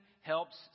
helps